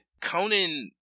Conan